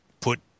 put